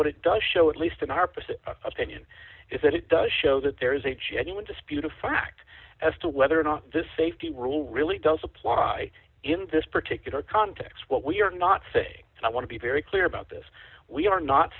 what it does show at least in our present opinion is that it does show that there is a genuine dispute a fact as to whether or not this safety rule really does apply in this particular context what we're not saying i want to be very clear about this we are not